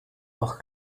doch